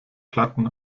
platten